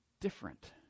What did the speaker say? different